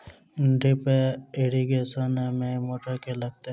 Drip irrigation मे motor केँ लागतै?